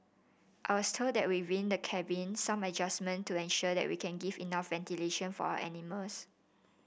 I was told that within the cabin some adjustment to ensure that we can give enough ventilation for our animals